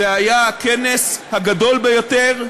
זה היה הכנס הגדול ביותר,